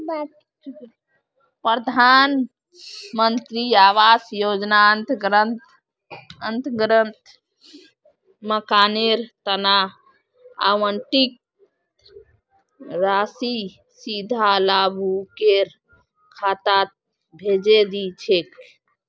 प्रधान मंत्री आवास योजनार अंतर्गत मकानेर तना आवंटित राशि सीधा लाभुकेर खातात भेजे दी छेक